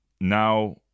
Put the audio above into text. now